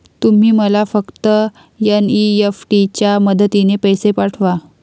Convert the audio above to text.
तुम्ही मला फक्त एन.ई.एफ.टी च्या मदतीने पैसे पाठवा